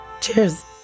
cheers